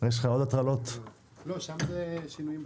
התפטר במסירת כתב התפטרות למי שמינה אותו,